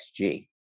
XG